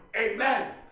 Amen